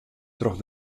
troch